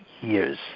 years